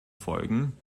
folgen